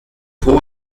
hoher